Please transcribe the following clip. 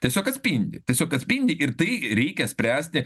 tiesiog atspindi tiesiog atspindi ir tai reikia spręsti